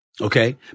Okay